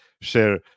share